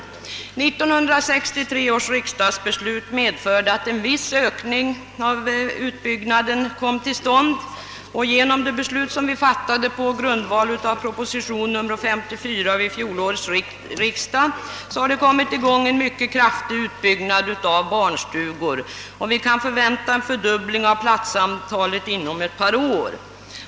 1963 års riksdagsbeslut medförde att en viss ökning av utbyggnaden kom till stånd, och genom det beslut vi fattade på grundval av proposition 54 vid fjolårets riksdag har en mycket kraftig utbyggnad av barnstugor kommit i gång. Vi kan förvänta en fördubbling av platsantalet inom ett par år.